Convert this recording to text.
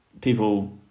people